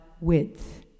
width